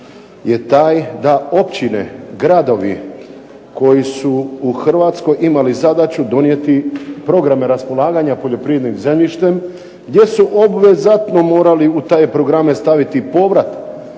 je taj da općine, gradovi koji su u Hrvatskoj imali zadaću donijeti programe raspolaganja poljoprivrednim zemljištem gdje su obvezatno morali u te programe staviti povrat